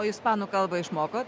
o ispanų kalbą išmokot